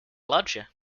lodger